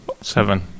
Seven